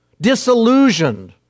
disillusioned